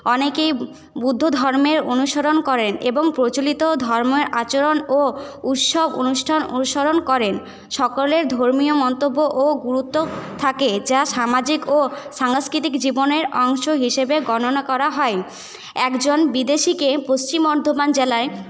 অনেকেই বুদ্ধ ধর্মের অনুসরণ করেন এবং প্রচলিত ধর্মের আচরণ ও উৎসব অনুষ্ঠান অনুসরণ করেন সকলের ধর্মীয় মন্তব্য ও গুরুত্ব থাকে যা সামাজিক ও সাংস্কৃতিক জীবনের অংশ হিসেবে গণনা করা হয় একজন বিদেশীকে পশ্চিম বর্ধমান জেলায়